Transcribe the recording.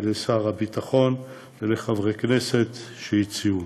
לשר הביטחון ולחברי הכנסת שהציעו.